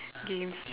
games